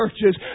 churches